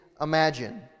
imagine